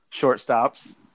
shortstops